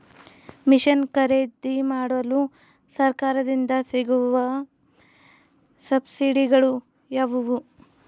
Mission ಖರೇದಿಮಾಡಲು ಸರಕಾರದಿಂದ ಸಿಗುವ ಸಬ್ಸಿಡಿಗಳು ಯಾವುವು?